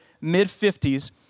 mid-50s